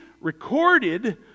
recorded